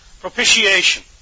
Propitiation